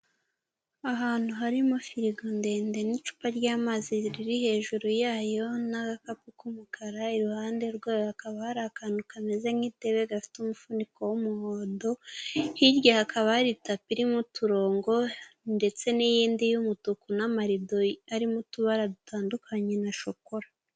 Ahantu harimo firigo ndende n'icupa ry'amazi riri hejuru yayo n'agakapu k'umukara, iruhande rwayo hakaba hari akantu kameze nk'idebe gafite umufuniko w'umuhondo, hirya hakaba hari itapi irimo uturongo ndetse n'iyindi y'umutuku n'amarido arimo utubara dutandukanye na shokora.